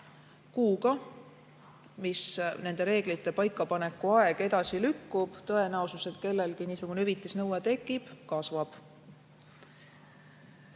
võrra nende reeglite paikapaneku aeg edasi lükkub, tõenäosus, et kellelgi niisugune hüvitamise nõue tekib, kasvab.